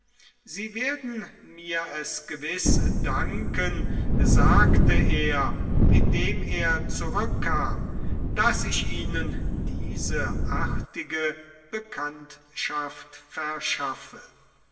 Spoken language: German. sie werden mir es gewiß danken sagte er indem er zurückkam daß ich ihnen diese artige bekanntschaft verschaffe